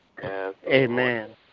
Amen